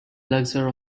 elixir